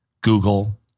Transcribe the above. Google